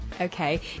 Okay